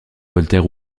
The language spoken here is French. voltaire